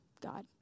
God